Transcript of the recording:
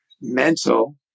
mental